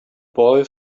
boy